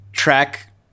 track